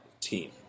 team